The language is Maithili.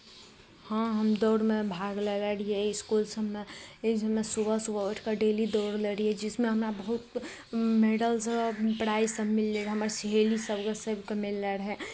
हँ हम दौड़मे भाग लै रहियै इसकुल सभमे सुबह सुबह उठि कऽ डेली दौड़लै रहियै जिसमे हमरा बहुत मैडलसभ प्राइजसभ हमरा मिललै हमर सहेली सभकेँ सभकेँ मिललै रहै